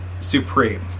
supreme